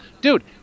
Dude